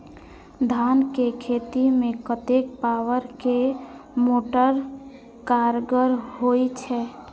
धान के खेती में कतेक पावर के मोटर कारगर होई छै?